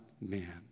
man